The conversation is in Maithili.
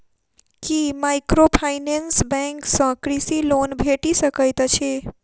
की माइक्रोफाइनेंस बैंक सँ कृषि लोन भेटि सकैत अछि?